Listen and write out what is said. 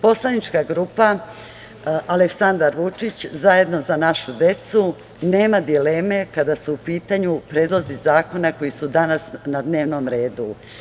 Poslanička grupa Aleksandar Vučić – zajedno za našu decu nema dileme kada su u pitanju predlozi zakona koji su danas na dnevnom redu.